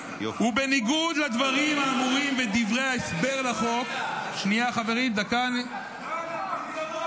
ובניגוד לדברים האמורים בדברי ההסבר לחוק --- מה זה הפחדנות הזאת?